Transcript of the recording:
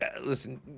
Listen